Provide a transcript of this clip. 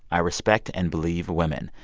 i respect and believe women.